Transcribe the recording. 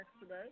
today